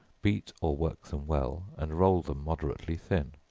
beat or work them well, and roll them moderately thin.